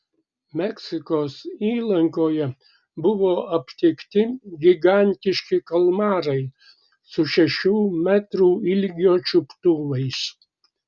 meksikos įlankoje buvo aptikti gigantiški kalmarai su šešių metrų ilgio čiuptuvais